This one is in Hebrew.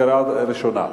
ראשונה.